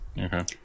okay